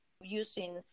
using